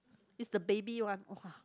is the baby one !wah!